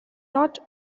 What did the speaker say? not